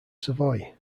savoy